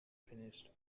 finished